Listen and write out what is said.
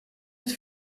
het